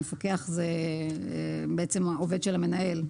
מפקח הוא בעצם עובד של המנהל.